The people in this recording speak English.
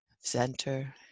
center